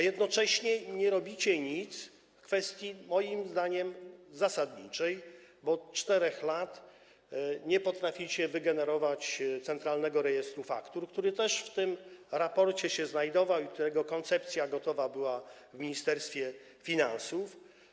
Jednocześnie nie robicie nic w kwestii moim zdaniem zasadniczej, bo od 4 lat nie potraficie wygenerować centralnego rejestru faktur, który też w tym raporcie proponowano i którego koncepcja gotowa była w Ministerstwie Finansów.